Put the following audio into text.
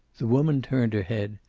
the woman turned her head,